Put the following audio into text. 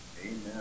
Amen